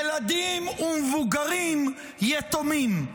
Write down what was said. ילדים ומבוגרים, יתומים.